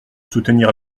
soutenir